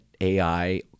AI